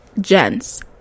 gents